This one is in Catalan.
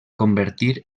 convertir